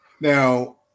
Now